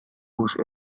push